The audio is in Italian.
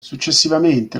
successivamente